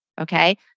Okay